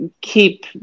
keep